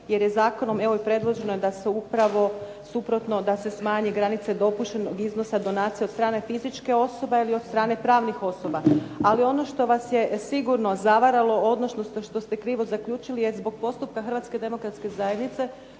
Jer je zakonom evo i predloženo je da se upravo suprotno da se smanje granice dopuštenog iznosa donacija od strane fizičke osobe, ali i od strane pravnih osoba. Ali ono što vas je sigurno zavaralo, odnosno što ste krivo zaključili je zbog postupka HDZ-a koja je prošle godine